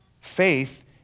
Faith